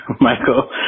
Michael